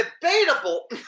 Debatable